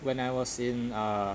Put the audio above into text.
when I was in uh